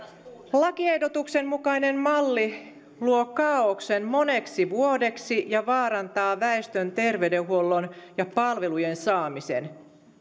lakiehdotuksen mukainen malli luo kaaoksen moneksi vuodeksi ja vaarantaa väestön terveydenhuollon ja palveluiden saamisen